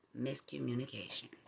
miscommunication